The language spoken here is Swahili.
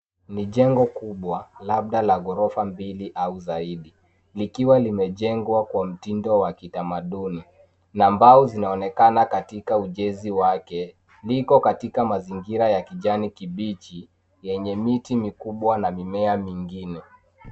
Ni jengo kubwa labda la ghorofa mbili au zaidi likiwa limejengwa kwa mtindo wa kitamanduni na mbao zinaonekana katika ujenzi wake. Liko katika mazingira ya kijani kibichi yenye miti mikubwa na mimea mingine.